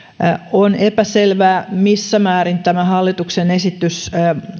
on epäselvää missä määrin tämä hallituksen esitys